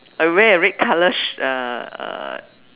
I wear a red colour sh~ uh uh